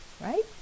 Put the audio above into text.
right